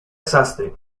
sastre